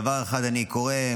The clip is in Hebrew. דבר אחד אני קורא,